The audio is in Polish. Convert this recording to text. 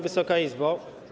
Wysoka Izbo!